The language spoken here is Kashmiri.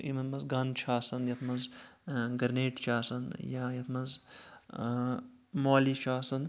یِمَن منٛز گَن چھُ آسان یَتھ منٛز گَرنَیٹ چھِ آسان یا یَتھ منٛز مولی چھُ آسان